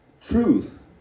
truth